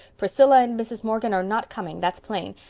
priscilla and mrs. morgan are not coming, that's plain,